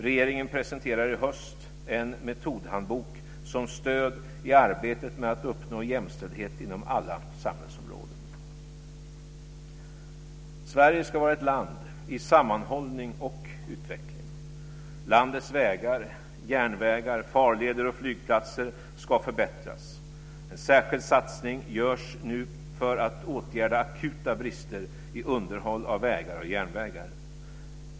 Regeringen presenterar i höst en metodhandbok som stöd i arbetet med att uppnå jämställdhet inom alla samhällsområden. Sverige ska vara ett land i sammanhållning och utveckling. Landets vägar, järnvägar, farleder och flygplatser ska förbättras. En särskild satsning görs nu för att åtgärda akuta brister i underhåll av vägar och järnvägar.